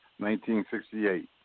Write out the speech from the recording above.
1968